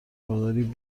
مقداری